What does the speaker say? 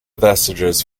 vestiges